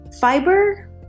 Fiber